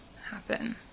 happen